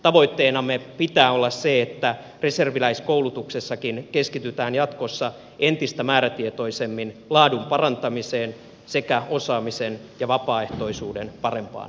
tavoitteenamme pitää olla se että reserviläiskoulutuksessakin keskitytään jatkossa entistä määrätietoisemmin laadun parantamiseen sekä osaamisen ja vapaaehtoisuuden parempaan hyödyntämiseen